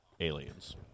aliens